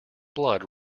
blood